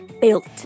built